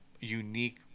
unique